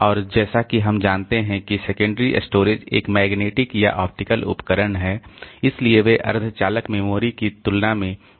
और जैसा कि हम जानते हैं कि सेकेंडरी स्टोरेज एक मैग्नेटिक या ऑप्टिकल उपकरण है इसलिए वे अर्धचालक मेमोरी की तुलना में बहुत धीमी हैं